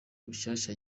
mushasha